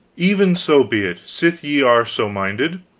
even so be it, sith ye are so minded.